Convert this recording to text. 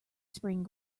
spring